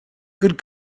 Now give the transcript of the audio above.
good